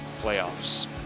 playoffs